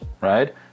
right